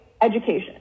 Education